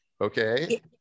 Okay